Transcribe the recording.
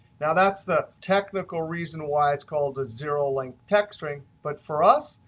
now, that's the technical reason why it's called a zero length text string. but for us,